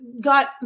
got